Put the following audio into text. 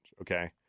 Okay